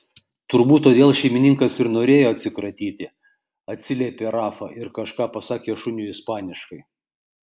turbūt todėl šeimininkas ir norėjo atsikratyti atsiliepė rafa ir kažką pasakė šuniui ispaniškai